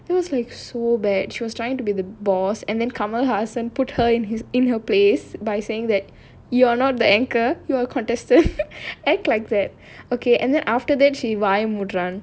that was like so bad she was trying to be the boss and then kamal hassan put her in his in her place by saying that you are not the anchor you are contestant act like that okay and then after that she வாய மூடரே:vaya moodarae